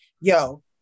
yo